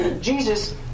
Jesus